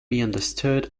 understood